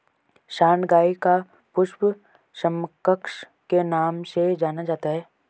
सांड गाय का पुरुष समकक्ष के नाम से जाना जाता है